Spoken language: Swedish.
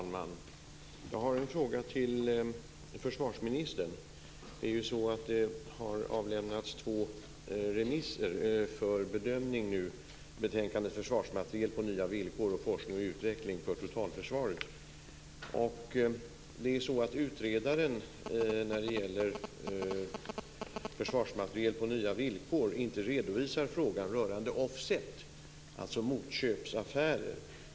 Fru talman! Jag har en fråga till försvarsministern. Det har nu avlämnats två remisser för bedömning, betänkandet Försvarsmateriel på nya villkor och Forskning och utveckling för totalförsvaret. Det är så att utredaren när det gäller Försvarsmateriel på nya villkor inte redovisar frågan rörande offset, alltså motköpsaffärer.